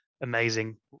amazing